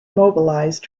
mobilized